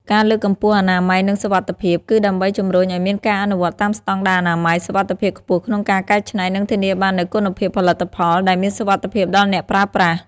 ការលើកកម្ពស់អនាម័យ និងសុវត្ថិភាព គឺដើម្បីជំរុញឲ្យមានការអនុវត្តតាមស្តង់ដារអនាម័យ សុវត្ថិភាពខ្ពស់ក្នុងការកែច្នៃ និងធានាបាននូវគុណភាពផលិតផល ដែលមានសុវត្ថិភាពដល់អ្នកប្រើប្រាស់។